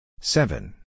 seven